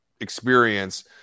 experience